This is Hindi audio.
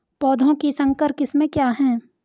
पौधों की संकर किस्में क्या हैं?